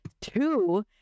two